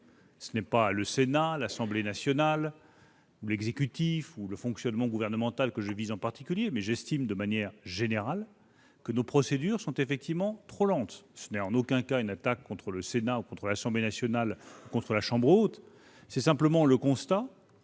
Ce n'est pas le Sénat, l'Assemblée nationale, l'exécutif ou le fonctionnement gouvernemental que je vise en particulier, mais j'estime, de manière générale, que nos procédures sont trop lentes. Ce n'est en aucun cas une attaque contre le Sénat ou l'Assemblée nationale. Je fais simplement le constat